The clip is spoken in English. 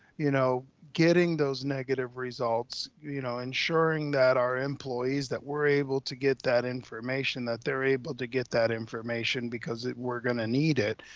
you know, getting those negative results, you know, ensuring that our employees, that we're able to get that information, that they're able to get that information because we're gonna need it,